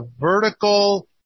vertical